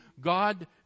God